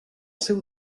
seu